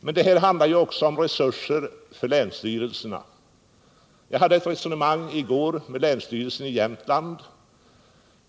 Men det här handlar ju också om resurser för länsstyrelserna. Jag resonerade i går med respresentanter för länsstyrelsen i Jämtland.